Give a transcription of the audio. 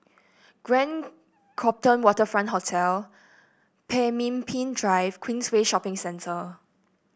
Grand Copthorne Waterfront Hotel Pemimpin Drive Queensway Shopping Centre